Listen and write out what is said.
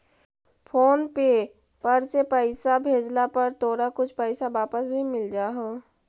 phone पे पर से पईसा भेजला पर तोरा कुछ पईसा वापस भी मिल जा हो